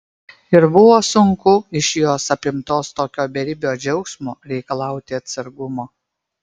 ir buvo sunku iš jos apimtos tokio beribio džiaugsmo reikalauti atsargumo